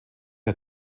hat